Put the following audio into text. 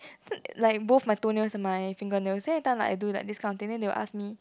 like both my toenails and my fingernails they everytime like I do like this kind of thing then they will ask me